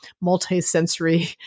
multi-sensory